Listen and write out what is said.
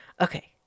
Okay